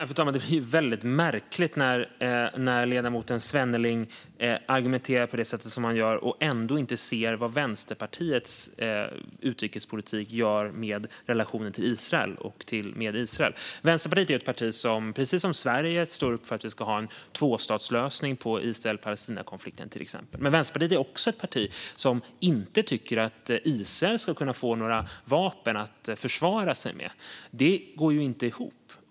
Fru talman! Det är väldigt märkligt när ledamoten Svenneling argumenterar på det sätt som han gör och ändå inte ser vad Vänsterpartiets utrikespolitik gör med relationen till Israel och med Israel. Vänsterpartiet är ett parti som precis som Sverige står upp för att vi ska ha en tvåstatslösning på Israel-Palestinakonflikten till exempel. Men Vänsterpartiet är också ett parti som inte tycker att Israel ska kunna få vapen att försvara sig med. Det går ju inte ihop.